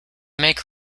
make